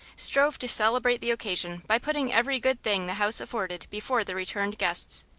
strove to celebrate the occasion by putting every good thing the house afforded before the returned guests.